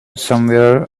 somewhere